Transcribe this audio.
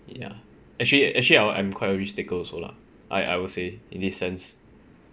ya actually actually I'm I'm quite a risk taker also lah I I would say in this sense